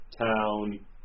town